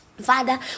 Father